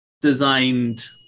designed